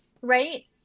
right